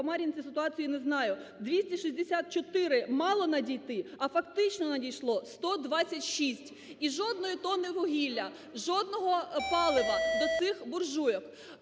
по Мар'янці ситуацію не знаю. 264 мало надійти, а фактично надійшло 126. І жодної тонни вугілля, жодного палива до цих буржуйок.